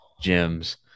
Gems